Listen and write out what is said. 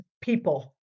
people